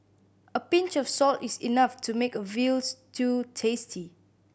a pinch of salt is enough to make a veal stew tasty